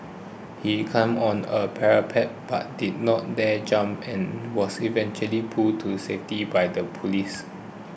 he climbed on a parapet but did not dare jump and was eventually pulled to safety by the police